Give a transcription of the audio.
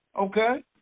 Okay